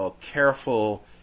careful